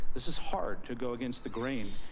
this is hard to go against the grain.